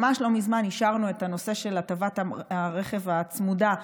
ממש לא מזמן אישרנו את הנושא של הטבת הרכב הצמודה.